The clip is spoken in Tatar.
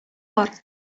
бар